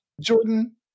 Jordan